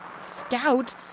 Scout